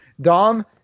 dom